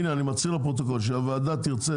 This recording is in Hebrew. והנה אני מצהיר לפרוטוקול כשהוועדה תרצה